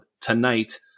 tonight